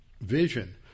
vision